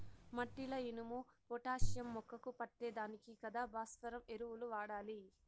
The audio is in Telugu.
మట్టిల ఇనుము, పొటాషియం మొక్కకు పట్టే దానికి కదా భాస్వరం ఎరువులు వాడాలి